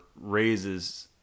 raises